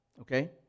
okay